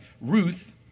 Ruth